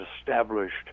established